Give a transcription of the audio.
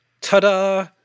Ta-da